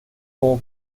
como